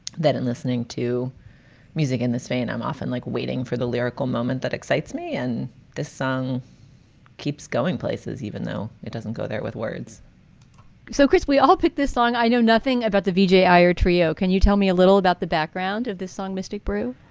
that in listening to music in this vein, i'm often like waiting for the lyrical moment that excites me. and this song keeps going places, even though it doesn't go there with words so, chris, we all pick this song. i know nothing about the vijay iyer trio. can you tell me a little about the background of this song, mystic brew?